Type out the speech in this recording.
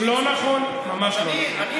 לא נכון, ממש לא נכון.